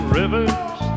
rivers